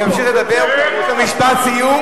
הוא ימשיך לדבר, משפט סיום.